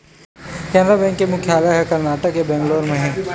Canara bank के मुख्यालय ह करनाटक के बेंगलोर म हे